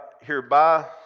hereby